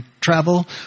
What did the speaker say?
travel